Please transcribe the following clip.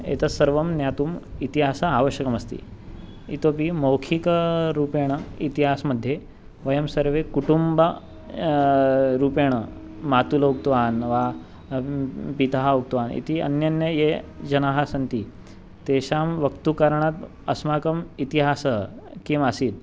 एतत् सर्वं ज्ञातुम् इतिहासः आवश्यकमस्ति इतोऽपि मौखिकरूपेण इतिहासमध्ये वयं सर्वे कुटुम्ब रूपेण मातुलः उक्तवान् वा पिता उक्तवान् इति अन्यान्यः ये जनाः सन्ति तेषां वक्तुं कारणात् अस्माकम् इतिहासः किम् आसीत्